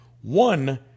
One